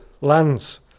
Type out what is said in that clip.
lands